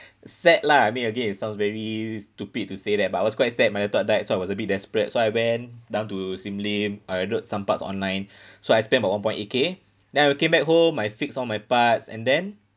sad lah I mean again it sounds very stupid to say that but I was quite sad my laptop died so I was a bit desperate so I went down to sim lim I got some parts online so I spent about one point eight K then I'll came back home I fixed all my parts and then